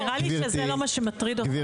נראה לי שזה לא מה שמטריד אותך.